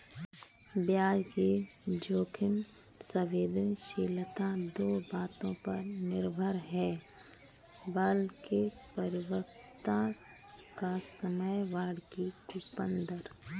ब्याज दर जोखिम संवेदनशीलता दो बातों पर निर्भर है, बांड की परिपक्वता का समय, बांड की कूपन दर